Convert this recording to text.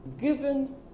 given